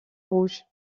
rouge